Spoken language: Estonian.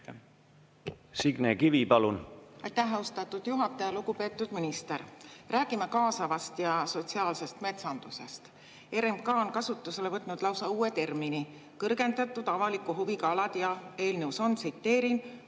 Signe Kivi, palun!